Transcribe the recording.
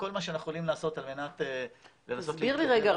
כל מה שאנחנו יכולים לעשות על מנת לנסות להתקדם עם זה.